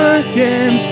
again